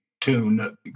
tune